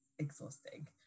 Exhausting